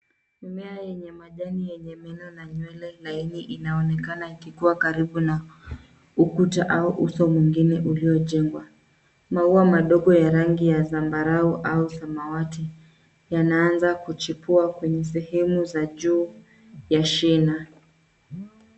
Mimea yenye majani yenye miuno na nywele laini inaonekana ikikua karibu na ukuta au uso mwingine uliojengwa. Maua madogob ya rangi ya zambarau au samawati yanaanza kuchipua kwenye sehemu ya juu ya shina.